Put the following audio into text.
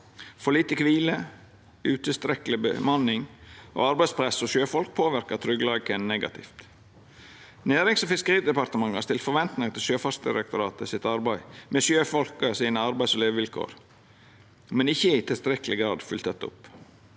For lite kvile, utilstrekkeleg bemanning og arbeidspress hos sjøfolk påverkar tryggleiken negativt. Nærings- og fiskeridepartementet har stilt forventningar til Sjøfartsdirektoratet sitt arbeid med sjøfolka sine arbeids- og levevilkår, men ikkje i tilstrekkeleg grad følgt dette opp.